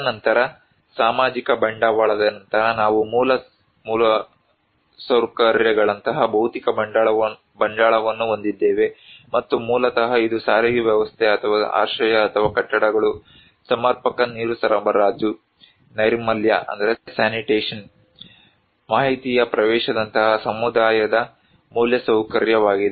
ತದನಂತರ ಸಾಮಾಜಿಕ ಬಂಡವಾಳದ ನಂತರ ನಾವು ಮೂಲ ಮೂಲಸೌಕರ್ಯಗಳಂತಹ ಭೌತಿಕ ಬಂಡವಾಳವನ್ನು ಹೊಂದಿದ್ದೇವೆ ಮತ್ತು ಮೂಲತಃ ಇದು ಸಾರಿಗೆ ವ್ಯವಸ್ಥೆ ಅಥವಾ ಆಶ್ರಯ ಅಥವಾ ಕಟ್ಟಡಗಳು ಸಮರ್ಪಕ ನೀರು ಸರಬರಾಜು ನೈರ್ಮಲ್ಯ ಮಾಹಿತಿಯ ಪ್ರವೇಶದಂತಹ ಸಮುದಾಯದ ಮೂಲಸೌಕರ್ಯವಾಗಿದೆ